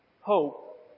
hope